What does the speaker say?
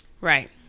right